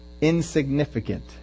insignificant